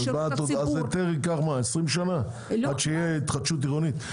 אז היתר ייקח 20 שנה עד שתהיה התחדשות עירונית?